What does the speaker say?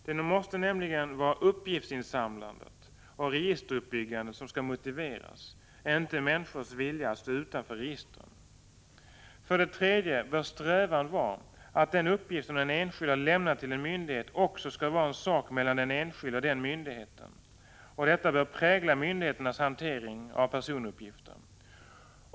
Det måste nämligen vara uppgiftsinsamlandet och registeruppbyggandet som skall motiveras, inte människors vilja att stå utanför registren. För det tredje bör strävan vara att en uppgift som den enskilde har lämnat till en myndighet skall vara en sak mellan den enskilde och den myndigheten. Detta bör prägla myndigheternas hantering av personuppgifter.